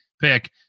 pick